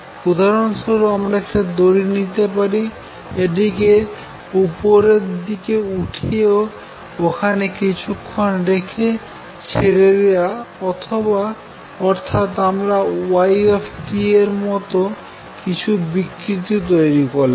উদাহরন স্বরূপ আমরা একই দড়ি নিতে পারি এবং এটিকে উপরের দিকে উঠিয়ে ওখানে কিছুক্ষণ রেখে ছেরে দেওয়া অর্থাৎ আমরা y এর মত কিছু বিকৃতি তৈরি করলাম